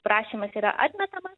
prašymas yra atmetamas